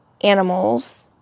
animals